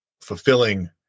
fulfilling